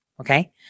okay